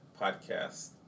podcast